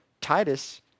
Titus